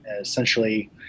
essentially